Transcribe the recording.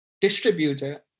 distributor